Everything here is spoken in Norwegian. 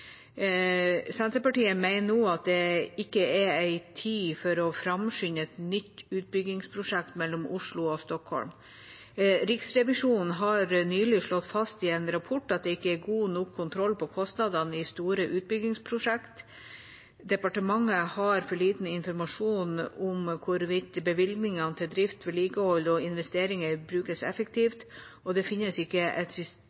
at det ikke er tid nå for å framskynde et nytt utbyggingsprosjekt mellom Oslo og Stockholm. Riksrevisjonen har nylig slått fast i en rapport at det ikke er god nok kontroll på kostnadene i store utbyggingsprosjekter. Departementet har for lite informasjon om hvorvidt bevilgningene til drift, vedlikehold og investeringer brukes effektivt, og det finnes ikke et